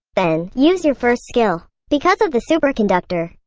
then, use your first skill. because of the superconductor,